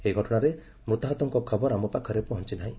ଏହି ଘଟଣାରେ ମୃତାହତଙ୍କ ଖବର ଆମ ପାଖରେ ପହଞ୍ଚ ନାହିଁ